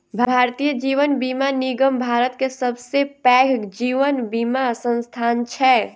भारतीय जीवन बीमा निगम भारत के सबसे पैघ जीवन बीमा संस्थान छै